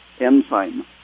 enzyme